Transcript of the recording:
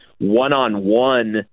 one-on-one